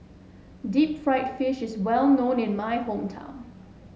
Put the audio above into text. Deep Fried Fish is well known in my hometown